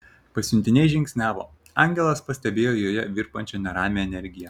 pasiuntinė žingsniavo angelas pastebėjo joje virpančią neramią energiją